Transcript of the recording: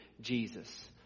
Jesus